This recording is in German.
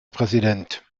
präsident